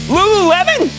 Lululemon